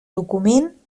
document